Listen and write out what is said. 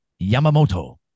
Yamamoto